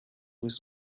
with